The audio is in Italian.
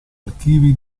archivi